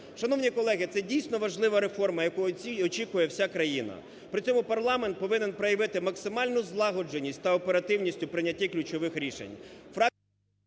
Шановні колеги, це дійсно важлива реформа, яку очікує вся країна. При цьому парламент повинен проявити максимальну злагодженість та оперативність у прийнятті ключових рішень…